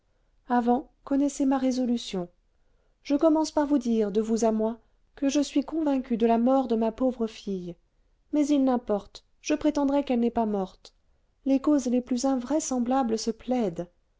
avant connaissez ma résolution je commence par vous dire de vous à moi que je suis convaincue de la mort de ma pauvre fille mais il n'importe je prétendrai qu'elle n'est pas morte les causes les plus invraisemblables se plaident